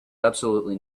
absolutely